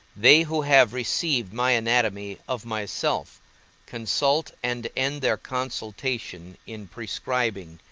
they who have received my anatomy of myself consult, and end their consultation in prescribing,